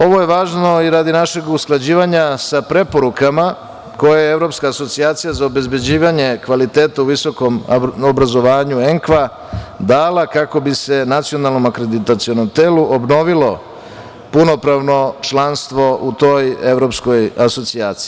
Ovo je važno i radi našeg usklađivanja sa preporuka koje Evropska asocijacija za obezbeđivanje kvaliteta u visokom obrazovanju ENKVA, dala kako bi se nacionalnom akreditacionom telu obnovilo punopravno članstvo u toj evropskoj asocijaciji.